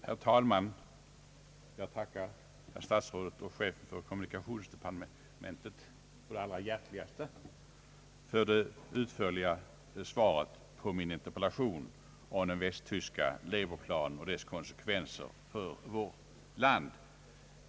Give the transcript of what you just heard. Herr talman! Jag tackar herr statsrådet och chefen för kommunikationsdepartementet på det allra hjärtligaste för det utförliga svaret på min interpellation om den västtyska Leberpla nen och dess konsekvenser för vårt land.